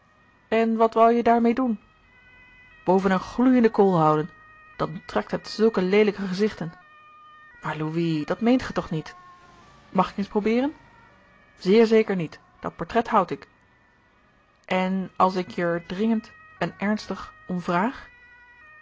en wat wou je daarmee doen boven eene gloeiende kool houden dan trekt het zulke leelijke gezichten maar louis dat meent ge toch niet mag ik eens probeeren zeer zeker niet dat portret houd ik gerard keller het testament van mevrouw de tonnette en als ik je er dringend en ernstig om